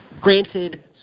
Granted